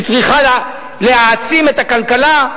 היא צריכה להעצים את הכלכלה,